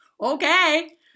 okay